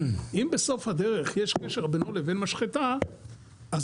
אם בסוף הדרך יש קשר בינו לבין משחטה אז